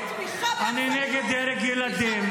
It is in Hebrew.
אני נגד הרג ילדים,